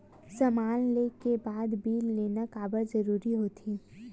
समान ले के बाद बिल लेना काबर जरूरी होथे?